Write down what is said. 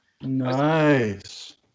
nice